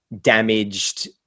damaged